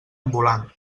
ambulant